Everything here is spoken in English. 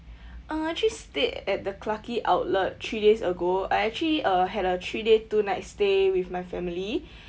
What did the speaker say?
uh actually stayed at the clarke quay outlet three days ago I actually uh had a three day two night stay with my family